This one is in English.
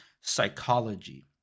psychology